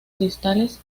cristales